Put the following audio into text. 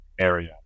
area